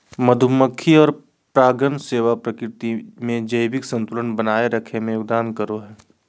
मधुमक्खी और परागण सेवा प्रकृति में जैविक संतुलन बनाए रखे में योगदान करो हइ